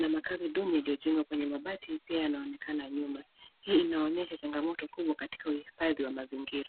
na makazi duni iliyojengwa kwenye mabati pia yanaonekana nyuma. Hii inaonyesha changamoto kubwa katika uhifadhi wa mazingira.